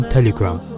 Telegram